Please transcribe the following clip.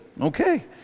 Okay